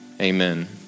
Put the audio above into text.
amen